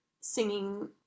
singing